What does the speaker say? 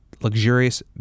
luxurious